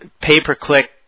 pay-per-click